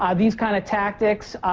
ah these kind of tactics